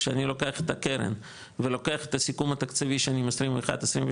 כשאני לוקח את הקרן ולוקח את הסיכום התקציבי של שנים 21-221,